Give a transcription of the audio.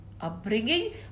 upbringing